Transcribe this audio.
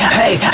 hey